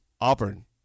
Auburn